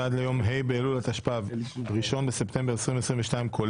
ועד ליום ה׳ באלול התשפ״ב - 1 בספטמבר 2022 (כולל),